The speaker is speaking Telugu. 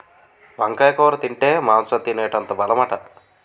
వంకాయ కూర తింటే మాంసం తినేటంత బలమట